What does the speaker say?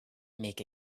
make